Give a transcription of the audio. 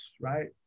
right